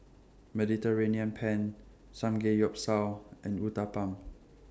Mediterranean Penne Samgeyopsal and Uthapam